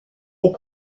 est